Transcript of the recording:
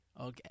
Okay